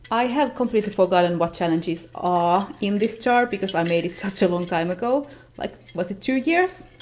i have completely forgotten what challenges are in this jar because i made it such a long time ago like was it two years?